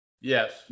Yes